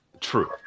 true